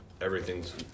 everything's